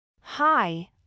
Hi